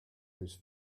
whose